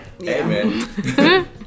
Amen